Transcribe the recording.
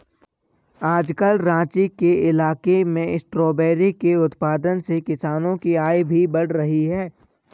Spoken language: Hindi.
आजकल राँची के इलाके में स्ट्रॉबेरी के उत्पादन से किसानों की आय भी बढ़ रही है